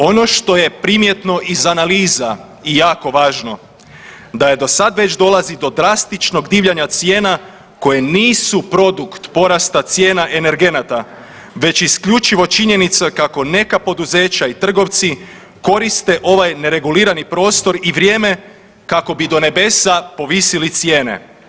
Ono što je primjetno iz analiza i jako važno da je do sad već dolazi do drastičnog divljanja cijena koje nisu produkt porasta cijena energenata već isključivo činjenica kako neka poduzeća i trgovci koriste ovaj neregulirani prostor i vrijeme kako bi do nebesa povisili cijene.